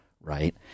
right